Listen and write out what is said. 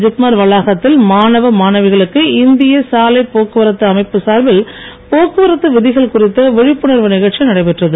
ஜிப்மர் வளாகத்தில் மாணவ மாணவிகளுக்கு இந்திய சாலை போக்குவரத்து அமைப்பு சார்பில் போக்குவரத்து விதிகள் குறித்த விழிப்புணர்வு நிகழ்ச்சி நடைபெற்றது